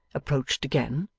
approached again,